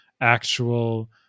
actual